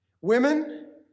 Women